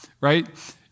right